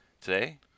Today